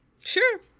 Sure